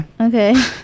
Okay